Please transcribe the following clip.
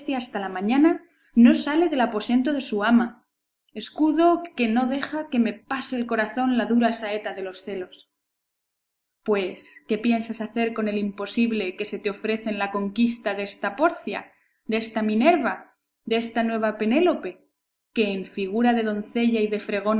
hasta la mañana no sale del aposento de su ama escudo que no deja que me pase el corazón la dura saeta de los celos pues qué piensas hacer con el imposible que se te ofrece en la conquista desta porcia desta minerva y desta nueva penélope que en figura de doncella y de